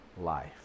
life